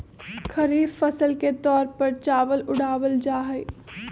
खरीफ फसल के तौर पर चावल उड़ावल जाहई